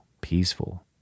peaceful